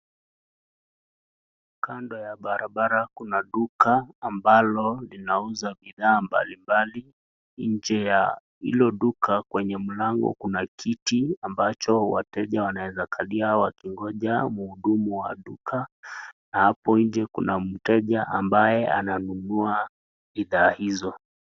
Kando ya barabara kuna duka ambalo linauza bidhaa mbalimbali. Nje ya hilo duka kwenye mlango kuna kiti ambacho wateja wanaeza kalia wakingoja muhudumu wa duka na hapo nje kuna mteja ambaye ananunua bidhaa hizo.